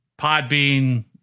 Podbean